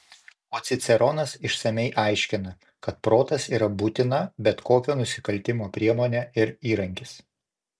o ciceronas išsamiai aiškina kad protas yra būtina bet kokio nusikaltimo priemonė ir įrankis